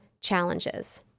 challenges